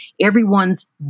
Everyone's